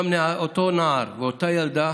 אותו נער ואותה ילדה